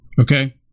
Okay